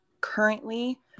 currently